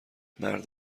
مرد